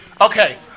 Okay